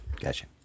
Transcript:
Gotcha